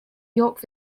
york